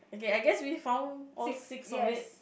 okay I guess we found all six of it